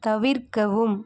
தவிர்க்கவும்